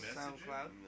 SoundCloud